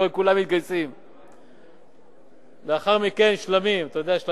אתה רואה את כולם מתגייסים.